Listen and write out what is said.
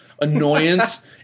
annoyance